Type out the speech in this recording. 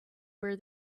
where